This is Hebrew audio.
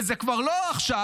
וזה כבר לא עכשיו,